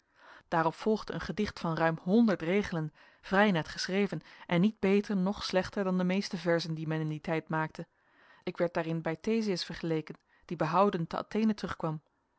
daarop volgde een gedicht van ruim honderd regelen vrij net geschreven en niet beter noch slechter dan de meeste verzen die men in dien tijd maakte ik werd daarin bij theseus vergeleken die behouden te athene terugkwam